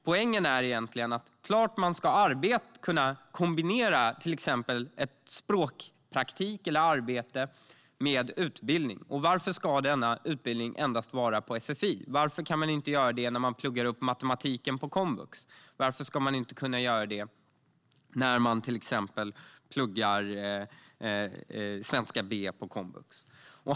Det är klart att man ska kunna kombinera till exempel en språkpraktik eller ett arbete med utbildning. Varför ska denna utbildning endast vara på sfi? Varför kan man inte göra detta när man pluggar matematik på komvux? Varför ska man inte kunna göra det när man till exempel pluggar svenska B på komvux?